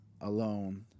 alone